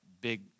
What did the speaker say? big